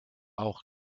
auch